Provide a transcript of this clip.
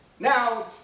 Now